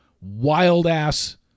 wild-ass